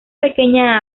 pequeña